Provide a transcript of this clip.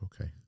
okay